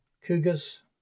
cougars